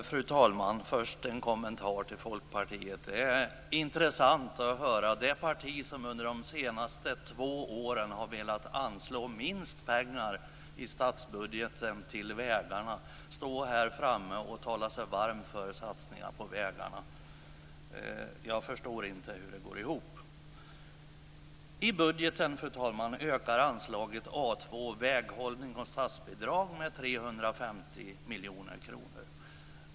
Fru talman! Först en kommentar till Folkpartiet. Det är intressant att höra en representant för det parti som under de senaste två åren har velat anslå minst pengar i statsbudgeten till vägarna stå här framme och tala sig varm för satsningar på vägarna. Jag förstår inte hur det går ihop. Fru talman! I budgeten ökar anslaget A2, Väghållning och statsbidrag, med 350 miljoner kronor.